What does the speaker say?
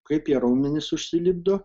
kaip jie raumenis užsilipdo